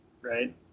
right